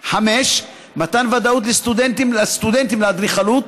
5. מתן ודאות לסטודנטים לאדריכלות,